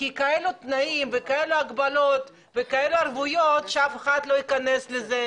כי כאלו תנאים וכאלו הגבלות וכאלו ערבויות שאף אחד לא ייכנס לזה